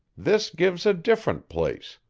this gives a different place.